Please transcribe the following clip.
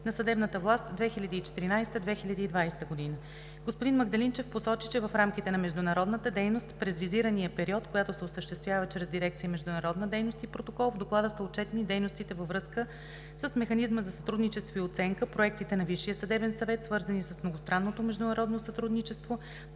на съдебната власт 2014 – 2020 г. Господин Магдалинчев посочи, че в рамките на международната дейност през визирания период, която се осъществява чрез дирекция „Международна дейност и протокол“ в Доклада са отчетени дейностите във връзка с Механизма за сътрудничество и оценка, проектите на Висшия съдебен съвет, свързани с многостранното международно сътрудничество,